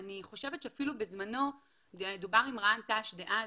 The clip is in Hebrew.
חושבת שאפילו בזמנו דובר עם ראשת ענף תנאי השירות דאז,